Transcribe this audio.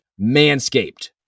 Manscaped